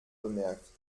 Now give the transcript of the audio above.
bemerkt